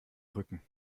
rücken